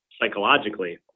psychologically